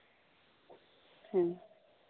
ᱦᱩᱸ